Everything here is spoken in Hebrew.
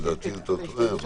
לדעתי, אתה טועה.